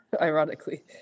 ironically